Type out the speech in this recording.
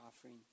offering